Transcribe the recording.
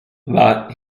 but